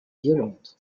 violente